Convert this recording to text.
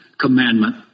commandment